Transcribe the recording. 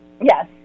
Yes